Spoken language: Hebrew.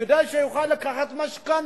כדי שיוכל לקחת משכנתה.